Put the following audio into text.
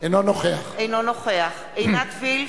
אינו נוכח עינת וילף,